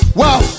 wow